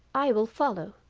i will follow